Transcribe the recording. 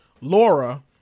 Laura